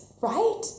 right